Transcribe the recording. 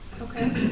Okay